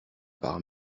par